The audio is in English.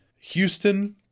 Houston